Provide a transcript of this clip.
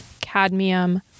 cadmium